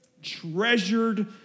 treasured